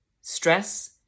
stress